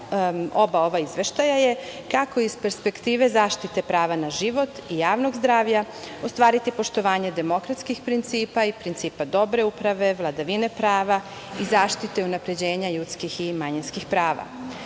oba ova izveštaja je kako iz perspektive zaštite prava na život i javnog zdravlja ostvariti poštovanje demokratskih principa i principa dobre uprave, vladavine prava i zaštite i unapređenja ljudskih i manjinskih prava.